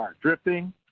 drifting